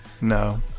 No